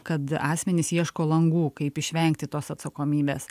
kad asmenys ieško langų kaip išvengti tos atsakomybės